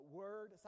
word